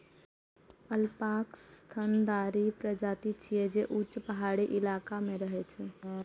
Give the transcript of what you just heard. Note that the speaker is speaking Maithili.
अल्पाका स्तनधारी प्रजाति छियै, जे ऊंच पहाड़ी इलाका मे रहै छै